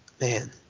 Man